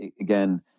again